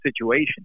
situation